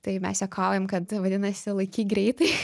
tai mes juokaujam kad vadinasi laikyk greitai